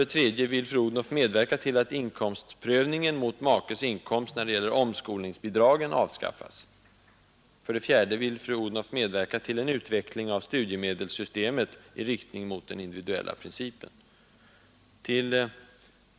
3. vill fru Odhnoff medverka till att inkomstprövningen mot makes inkomst när det gäller omskolningsbidragen avskaffas? 4. vill fru Odhnoff medverka till en utveckling av studiemedelssystemet i riktning mot den individuella principen?